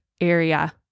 area